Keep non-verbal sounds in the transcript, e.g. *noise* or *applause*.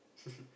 *laughs*